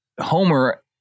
Homer